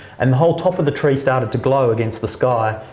and the whole top of the tree started to glow against the sky,